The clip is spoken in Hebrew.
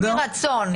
מתוך רצון?